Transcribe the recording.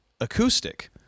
acoustic